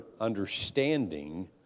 understanding